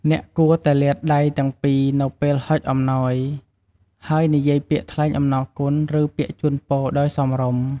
អ្នកគួរតែលាតដៃទាំងពីរនៅពេលហុចអំណោយ ហើយនិយាយពាក្យថ្លែងអំណរគុណ ឬពាក្យជូនពរដោយសមរម្យ។